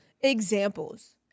Examples